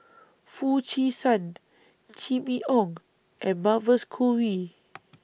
Foo Chee San Jimmy Ong and Mavis Khoo Oei